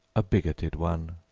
a bigoted one.